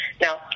Now